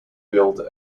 billed